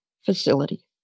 facility